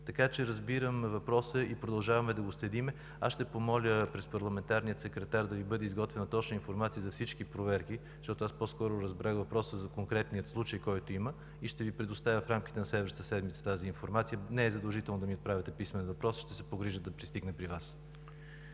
Така че разбираме въпроса и продължаваме да го следим. Ще помоля през парламентарния секретар да Ви бъде изготвена точна информация за всички проверки – аз по-скоро разбрах въпроса за конкретния случай, който има, и ще Ви предоставя тази информация в рамките на следващата седмица. Не е задължително да ми отправяте писмен въпрос, ще се погрижа отговорът да пристигне при Вас.